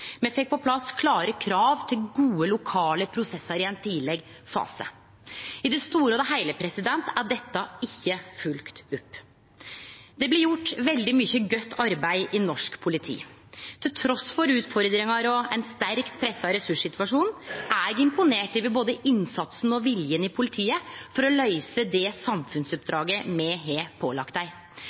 Me fekk på plass klare krav til gode lokale prosessar i ein tidleg fase. I det store og heile er dette ikkje følgt opp. Det blir gjort veldig mykje godt arbeid i norsk politi. Trass i utfordringar og ein sterkt pressa ressurssituasjon er eg imponert over både innsatsen og viljen i politiet til å løyse det samfunnsoppdraget me har pålagt dei.